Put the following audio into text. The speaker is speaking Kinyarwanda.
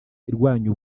irwanya